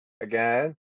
Again